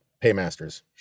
paymasters